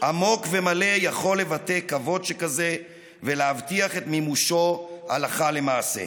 עמוק ומלא יכול לבטא כבוד שכזה ולהבטיח את מימושו הלכה למעשה.